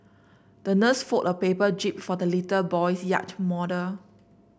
the nurse fold a paper jib for the little boy's yacht model